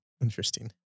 Interesting